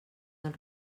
del